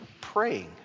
praying